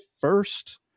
first